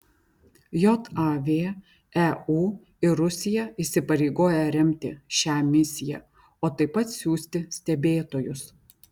jav eu ir rusija įsipareigoja remti šią misiją o taip pat siųsti stebėtojus